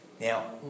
Now